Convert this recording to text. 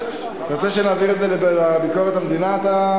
אתה רוצה שנעביר את זה לביקורת המדינה?